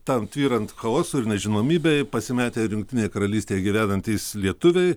tam tvyrant chaosui ir nežinomybei pasimetę ir jungtinėj karalystėje gyvenantys lietuviai